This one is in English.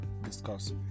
discuss